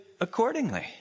accordingly